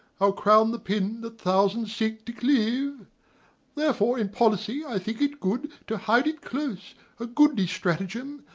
our crown the pin that thousands seek to cleave therefore in policy i think it good to hide it close a goodly stratagem,